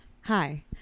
Hi